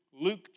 Luke